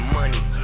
money